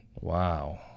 wow